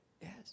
yes